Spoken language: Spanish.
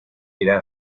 era